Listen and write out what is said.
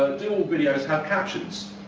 do all videos have captions